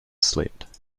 slept